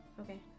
okay